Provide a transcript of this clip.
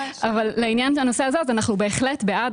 לעניין הנושא הזה, אנחנו בהחלט בעד.